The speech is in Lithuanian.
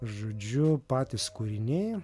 žodžiu patys kūriniai